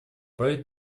проект